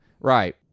Right